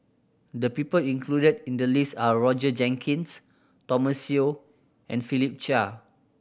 the people included in the list are Roger Jenkins Thomas Yeo and Philip Chia